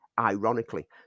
ironically